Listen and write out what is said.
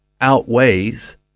outweighs